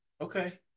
Okay